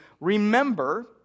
remember